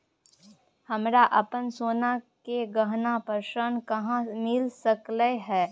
हमरा अपन सोना के गहना पर ऋण कहाॅं मिल सकलय हन?